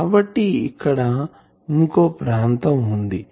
కాబట్టి ఇక్కడ ఇంకో ప్రాంతం వుంది